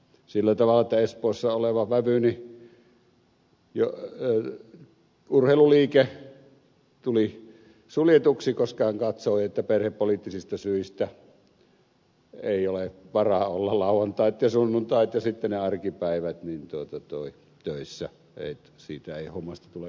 sillä tavalla että espoossa olevan vävyni urheiluliike tuli suljetuksi koska hän katsoi että perhepoliittisista syistä ei ole varaa olla lauantait ja sunnuntait ja sitten ne arkipäivät töissä että siitä hommasta ei tule yhtään mitään